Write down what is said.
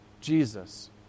Jesus